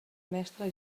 mestre